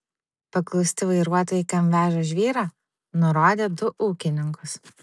paklausti vairuotojai kam veža žvyrą nurodė du ūkininkus